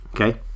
Okay